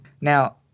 Now